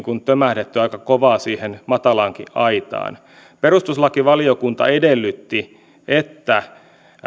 tömähdetty aika kovaa siihen matalaankin aitaan perustuslakivaliokunta edellytti että